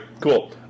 cool